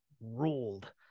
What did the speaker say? ruled